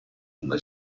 una